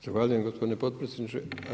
Zahvaljujem gospodine potpredsjedniče.